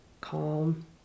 calm